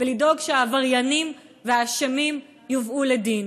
ולדאוג שהעבריינים והאשמים יובאו לדין.